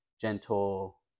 gentle